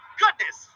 goodness